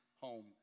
home